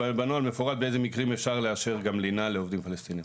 בנוהל מפורט באיזה מקרים אפשר לאשר גם לינה לעובדים פלסטינים.